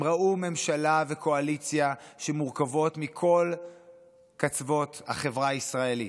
הם ראו ממשלה וקואליציה שמורכבות מכל קצות החברה הישראלית.